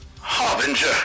Harbinger